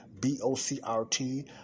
B-O-C-R-T